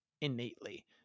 innately